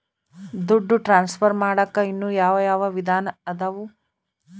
ದುಡ್ಡು ಟ್ರಾನ್ಸ್ಫರ್ ಮಾಡಾಕ ಇನ್ನೂ ಯಾವ ಯಾವ ವಿಧಾನ ಅದವು?